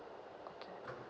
okay